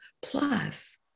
Plus